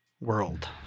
world